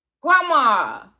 grandma